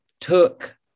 took